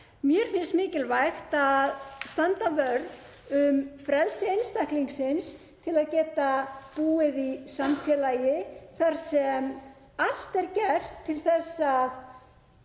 Mér finnst mikilvægt að standa vörð um frelsi einstaklingsins til að geta búið í samfélagi þar sem allt er gert til þess að